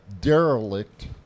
derelict